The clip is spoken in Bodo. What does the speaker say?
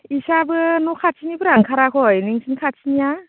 इसाबो न' खाथिनिफ्रा ओंखाराखै नोंसिनि खाथिनिया